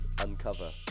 Uncover